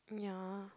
ya